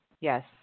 yes